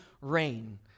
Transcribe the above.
rain